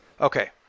Okay